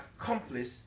accomplice